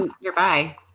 nearby